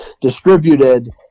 distributed